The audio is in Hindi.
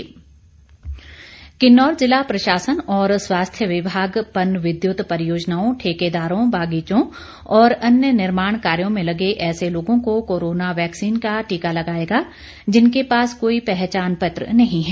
किन्नौर टीकाकरण किन्नौर ज़िला प्रशासन और स्वास्थ्य विभाग पन विद्युत परियोजनाओं ठेकेदारों बागीचों और अन्य निर्माण कार्यों में लगे ऐसे लोगों को कोरोना वैक्सीन का टीका लगाएगा जिनके पास कोई पहचान पत्र नहीं है